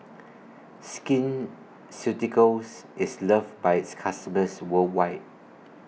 Skin Ceuticals IS loved By its customers worldwide